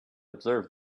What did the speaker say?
observe